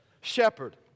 shepherd